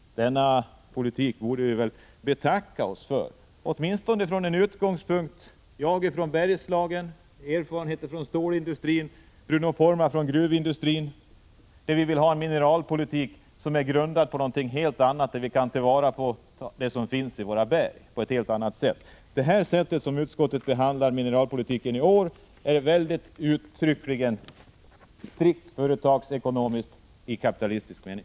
En sådan politik borde vi betacka oss för — jag med de erfarenheter jag har från stålindustrin i Bergslagen, Bruno Poromaa med de erfarenheter han har från gruvindustrin. Vi vill ha en mineralpolitik där vi på ett helt annat sätt kan ta vara på det som finns i våra berg. Det sätt på vilket utskottet behandlar mineralpolitiken i år är strikt företagsekonomiskt i kapitalistisk mening.